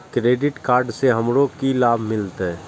Credit card से हमरो की लाभ मिलते?